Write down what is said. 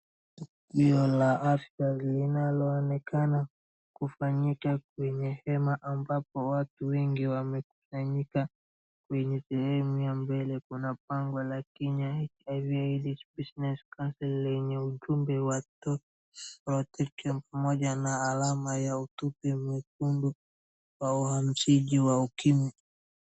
Tukio la afya linaloonekana kufanyika kwenye hema ambapo watu wengi wamekusanyika, kwenye sehemu ya mbele kuna bango la Kenya HIV AIDS education and counsel lenye ujumbe wa sotik elfu moja na alama ya utupe mwekundu wa uhamashaji wa ukimwi.